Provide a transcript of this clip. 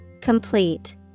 Complete